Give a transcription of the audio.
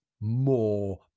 more